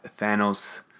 Thanos